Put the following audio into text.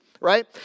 right